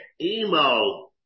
Emo